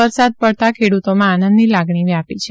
વરસાદ પડતાં ખેડૂતોમાં આનંદની લાગણી વ્યાપી છે